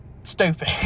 stupid